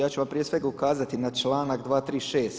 Ja ću vam prije svega ukazati na članak 236.